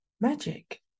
Magic